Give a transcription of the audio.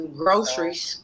groceries